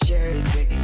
Jersey